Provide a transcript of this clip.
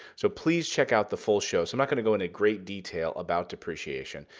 so please check out the full show, so i'm not going to go into great detail about depreciation.